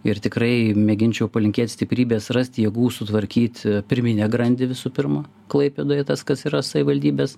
ir tikrai mėginčiau palinkėt stiprybės rasti jėgų sutvarkyt pirminę grandį visų pirma klaipėdoje tas kas yra savivaldybės